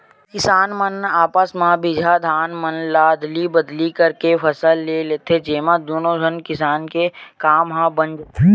किसान मन आपस म बिजहा धान मन ल अदली बदली करके फसल ले लेथे, जेमा दुनो झन किसान के काम ह बन जाथे